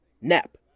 Nap